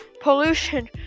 pollution